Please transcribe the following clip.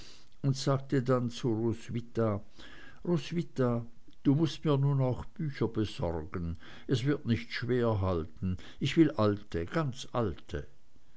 und sagte dann zu roswitha roswitha du mußt mir nun auch bücher besorgen es wird nicht schwerhalten ich will alte ganz alte